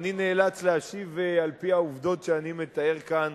אני נאלץ להשיב על-פי העובדות שאני מתאר כאן